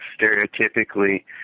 stereotypically